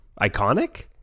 iconic